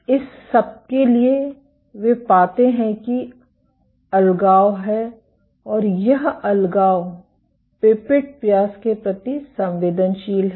इस सब के लिए वे पाते हैं कि अलगाव है और यह अलगाव पिपेट व्यास के प्रति संवेदनशील है